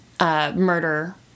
murder